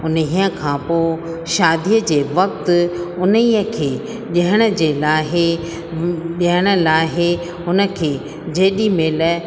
उन खां पोइ शादीअ जे वक़्तु उन खे ॾियण जे लाइ ॾियण लाइ हुन खे जेॾी महिल